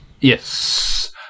Yes